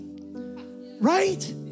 right